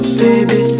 baby